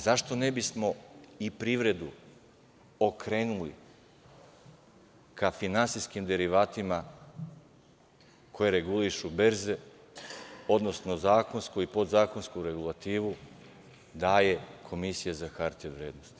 Zašto ne bismo i privredu okrenuli ka finansijskim derivatima koje regulišu berze, odnosno zakonsku i podzakonsku regulativu daje Komisija za hartije od vrednosti?